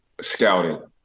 scouting